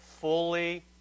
fully